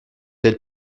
elles